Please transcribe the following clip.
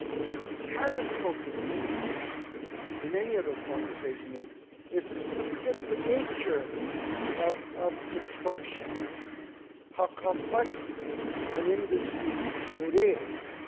what we haven't focused in on in any ah those conversations is is sort of the nature of of construction how complex an industry it is.